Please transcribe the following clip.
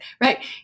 right